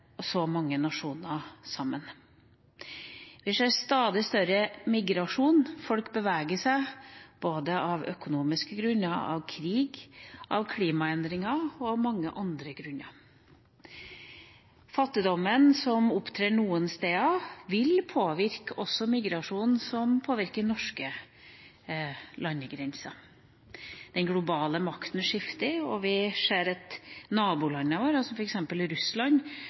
så mange nasjoner sammen. Vi ser stadig større migrasjon. Folk beveger seg både av økonomiske grunner, av grunner som krig og klimaendringer og av mange andre grunner. Fattigdommen som opptrer noen steder, vil påvirke også migrasjonen som påvirker norske landegrenser. Den globale makten skifter, og vi ser at naboland, som f.eks. Russland,